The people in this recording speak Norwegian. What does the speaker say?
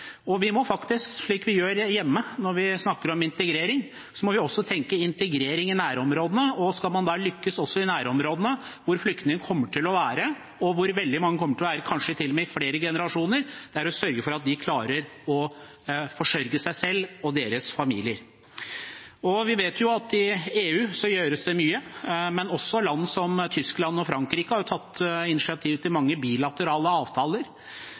Slik vi gjør hjemme når vi snakker om integrering, må vi faktisk også tenke integrering i nærområdene. Skal man lykkes også i nærområdene hvor flyktningene kommer til å være, og hvor veldig mange kommer til å være kanskje til og med i flere generasjoner, må vi sørge for at de klarer å forsørge seg selv og sine familier. Vi vet jo at det gjøres mye i EU, men også land som Tyskland og Frankrike har tatt initiativ til mange bilaterale avtaler.